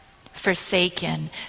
forsaken